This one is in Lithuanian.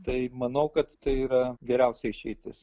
tai manau kad tai yra geriausia išeitis